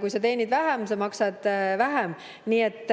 Kui sa teenid vähem, siis sa ka maksad vähem. Nii et